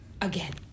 again